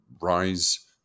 rise